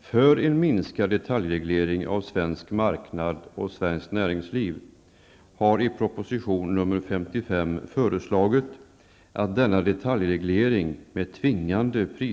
för en minskad detaljreglering av svensk marknad och svenskt näringsliv, har i prop.